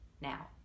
Now